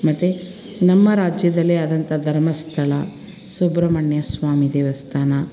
ಮತ್ತು ನಮ್ಮ ರಾಜ್ಯದಲ್ಲೇ ಆದಂಥ ಧರ್ಮಸ್ಥಳ ಸುಬ್ರಹ್ಮಣ್ಯ ಸ್ವಾಮಿ ದೇವಸ್ಥಾನ